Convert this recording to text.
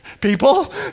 people